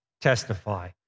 testify